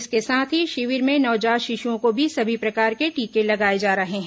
इसके साथ ही शिविर में नवजात शिशुओं को भी सभी प्रकार के टीके लगाए जा रहे हैं